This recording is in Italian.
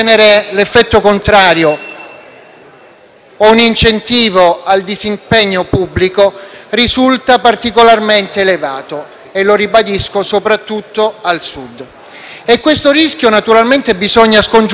o un incentivo al disimpegno pubblico risulta particolarmente elevato e - lo ribadisco - soprattutto al Sud. E questo rischio naturalmente bisogna scongiurarlo con tutte le forze.